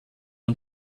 und